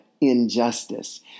injustice